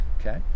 okay